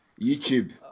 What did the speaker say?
YouTube